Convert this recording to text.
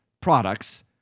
products